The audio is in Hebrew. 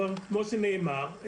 כמו שנאמר,